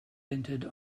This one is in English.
entered